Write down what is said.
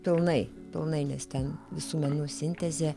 pilnai pilnai nes ten visų menų sintezė